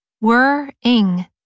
were-ing